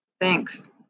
Thanks